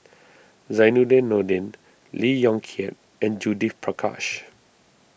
Zainudin Nordin Lee Yong Kiat and Judith Prakash